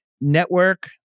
Network